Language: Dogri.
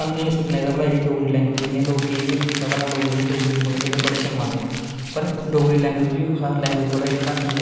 स्हानूं एह् नेई सोचना चाहिदा कि डोगरी लैंग्वेज ऐ जेहड़ी ओह् इयां लोके गी में दिक्खे दा भला लोग जेहडे़ डोगरी बोलदे जेहड़े बडे़ शर्मादें न पर डोगरी लैंग्वेज बी कुसै लैंग्वेज कोला घट्ट नेईं ऐ